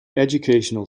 educational